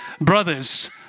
Brothers